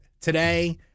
today